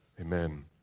amen